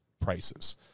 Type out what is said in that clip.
prices